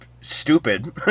stupid